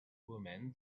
women